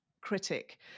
critic